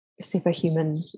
superhuman